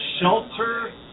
shelter